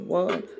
one